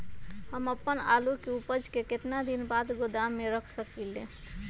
हम अपन आलू के ऊपज के केतना दिन बाद गोदाम में रख सकींले?